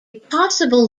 possible